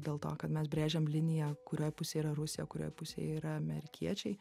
dėl to kad mes brėžiam liniją kurioj pusėj yra rusija kurioj pusėj yra amerikiečiai